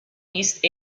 east